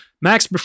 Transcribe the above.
Max